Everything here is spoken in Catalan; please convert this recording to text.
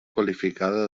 qualificada